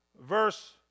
verse